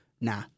Nah